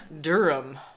Durham